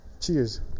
cheers